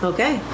Okay